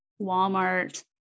Walmart